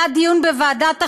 היה דיון בוועדת החינוך,